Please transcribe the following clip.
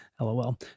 LOL